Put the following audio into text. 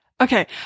Okay